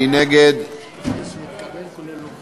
מי נגד?